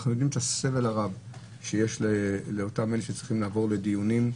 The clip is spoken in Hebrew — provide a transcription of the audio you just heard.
אנחנו יודעים את הסבל הרב שיש לאותם אלה שצריכים לבוא לדיונים.